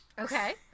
Okay